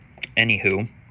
Anywho